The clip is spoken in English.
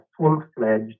full-fledged